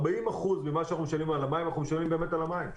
40% ממה שאנחנו משלמים על המים אנחנו באמת משלמים באמת על המים.